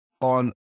on